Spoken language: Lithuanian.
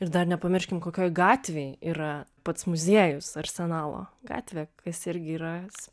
ir dar nepamirškim kokioj gatvėj yra pats muziejus arsenalo gatvė kas irgi yra